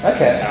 Okay